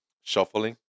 Shuffling